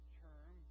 term